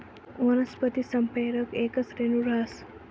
वनस्पती संप्रेरक येकच रेणू रहास